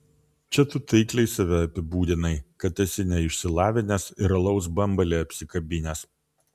čia tu taikliai save apibūdinai kad esi neišsilavinęs ir alaus bambalį apsikabinęs